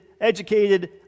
educated